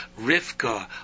Rivka